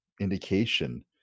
indication